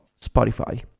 Spotify